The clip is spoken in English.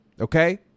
Okay